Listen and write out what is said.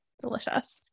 delicious